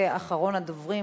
ואחרון הדוברים,